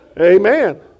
Amen